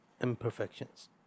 imperfections